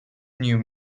new